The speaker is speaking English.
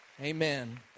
Amen